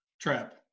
Trap